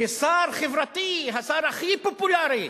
ששר חברתי, השר הכי פופולרי,